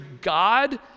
God